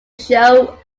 show